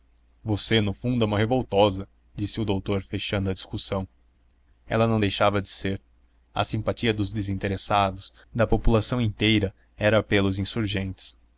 você no fundo é uma revoltosa disse o doutor fechando a discussão ela não deixava de ser a simpatia dos desinteressados da população inteira era pelos insurgentes